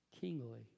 kingly